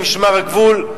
משמר הגבול,